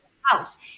house